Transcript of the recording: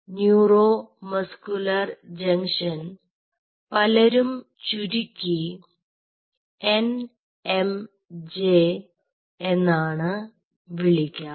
neuro muscular junction പലരും ചുരുക്കി N M J എന്നാണ് വിളിക്കാറ്